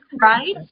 right